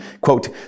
quote